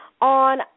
on